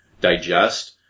digest